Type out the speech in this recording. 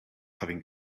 having